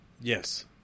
Yes